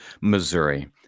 Missouri